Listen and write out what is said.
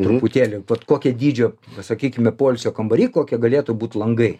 truputėlį vat kokie dydžio pasakykime poilsio kambary kokie galėtų būt langai